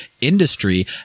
industry